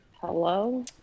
Hello